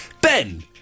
Ben